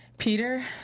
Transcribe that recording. Peter